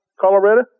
Colorado